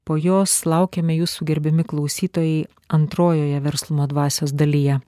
po jos laukiame jūsų gerbiami klausytojai antrojoje verslumo dvasios dalyje